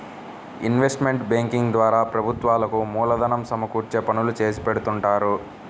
investment banking ద్వారా ప్రభుత్వాలకు మూలధనం సమకూర్చే పనులు చేసిపెడుతుంటారు